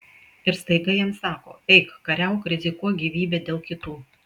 ir staiga jam sako eik kariauk rizikuok gyvybe dėl kitų